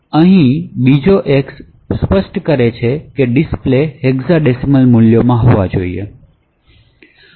અહીંનો બીજો xસ્પષ્ટ કરે છે કે ડિસ્પ્લે હેક્સા ડેસિમલ મૂલ્યોમાં હોવો જોઈએ